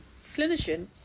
clinician